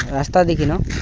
ରାସ୍ତା ଦେଖିନ